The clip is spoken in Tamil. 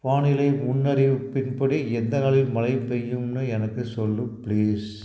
வானிலை முன்னறிவிப்பின் படி எந்த நாளில் மழை பெய்யும்னு எனக்கு சொல்லு ப்ளீஸ்